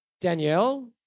Danielle